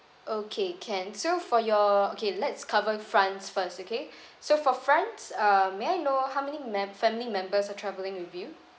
okay can so for your okay let's cover france first okay so for france uh may I know how many mem~ family members are travelling with you